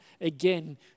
again